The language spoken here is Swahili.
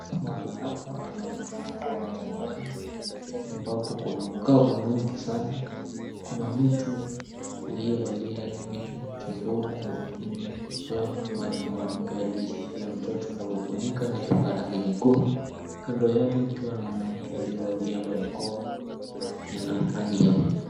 Mahali hapa kunaonekana kuwa ni jangwani ambapo kuna ukavu mwingi sana, kuna mtu aliyevalia vitu shingoni na zingine kichwani ambaye ni mwanamke aliyeshikilia mtoto na kumfunika na shuka ya rangi nyekundu kando yake kukiwa na mwanamke aliyevalia barakoa la rangi nyeupe.